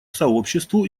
сообществу